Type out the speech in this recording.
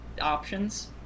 options